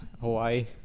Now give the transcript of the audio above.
Hawaii